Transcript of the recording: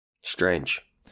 Strange